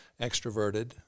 extroverted